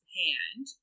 hand